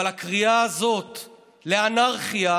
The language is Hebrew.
אבל הקריאה הזאת לאנרכיה,